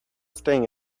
staying